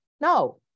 No